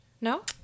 no